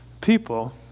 people